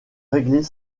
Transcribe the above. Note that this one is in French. régler